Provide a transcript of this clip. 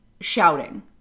shouting